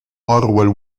orwell